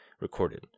recorded